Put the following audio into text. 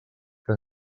que